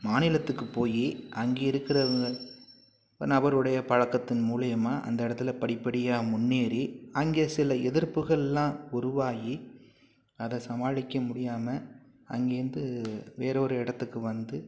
மாநிலத்துக்கு போய் அங்கே இருக்கிறவுங்க நபருடைய பழக்கத்தின் மூலிமா அந்த இடத்துல படிப் படியாக முன்னேறி அங்கே சில எதிர்ப்புகளெலாம் உருவாகி அதை சமாளிக்க முடியாமல் அங்கேந்து வேறு ஒரு இடத்துக்கு வந்து